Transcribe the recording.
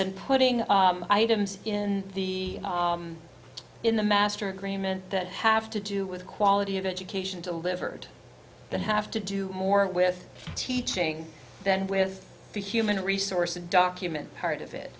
and putting items in the in the master agreement that have to do with quality of education to livered that have to do more with teaching than with the human resource undocument part of it